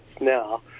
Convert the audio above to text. now